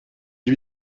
lui